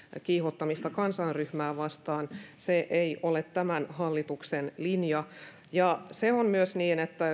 kiihottamista kansanryhmää vastaan se ei ole tämän hallituksen linja on myös niin että